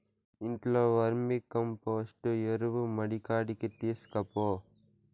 ఇంట్లో వర్మీకంపోస్టు ఎరువు మడికాడికి తీస్కపో